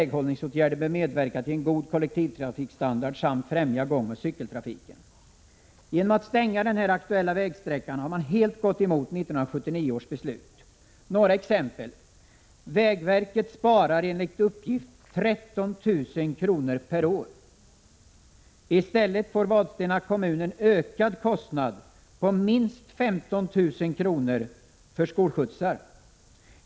Väghållningsåtgärder bör medverka till en god kollektivtrafikstandard samt främja gångoch cykeltrafiken. Genom att stänga av den aktuella vägsträckan har man helt gått emot 1979 års trafikpolitiska beslut. Några exempel: Vägverket sparar enligt uppgift 13 000 kr. per år. I stället får Vadstena kommun en ökad kostnad på minst 15 000 kr. för skolskjutsar.